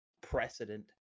precedent